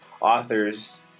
authors